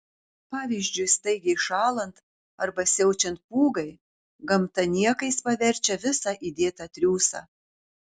pavyzdžiui staigiai šąlant arba siaučiant pūgai gamta niekais paverčia visą įdėtą triūsą